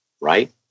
right